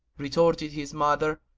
retorted his mother,